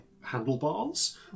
handlebars